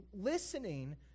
listening